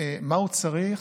מה הוא צריך